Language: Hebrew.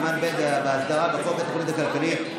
סימן ב': הסדרה בחוק התוכנית הכלכלית,